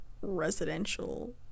Residential